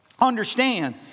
Understand